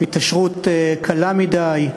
התעשרות קלה מדי,